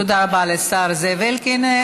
תודה רבה לשר זאב אלקין.